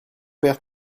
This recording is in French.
père